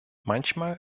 manchmal